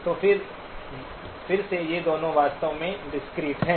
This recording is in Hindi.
तो फिर से ये दोनों वास्तव में डिस्क्रीट हैं